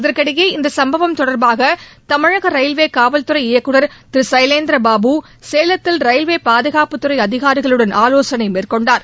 இதற்கிடையே இந்த சம்பவம் தொடா்பாக தமிழக ரயில்வே காவல்துறை இயக்குநா் திரு சைலேந்திரபாபு சேலத்தில் ரயில்வே பாதுகாப்புத்துறை அதிகாரிகளுடன் ஆலோசனை நடத்தினார்